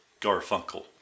Garfunkel